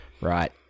right